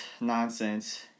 nonsense